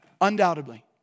Undoubtedly